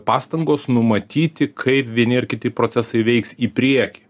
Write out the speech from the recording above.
pastangos numatyti kaip vieni ar kiti procesai veiks į priekį